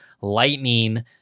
lightning